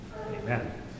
Amen